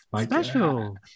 Special